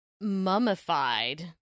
mummified